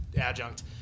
adjunct